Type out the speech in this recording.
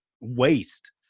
waste